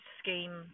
scheme